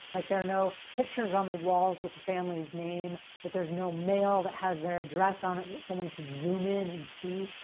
like, there are no pictures on the walls with the family's name, that there's no mail that has their address on it that someone could zoom in and see,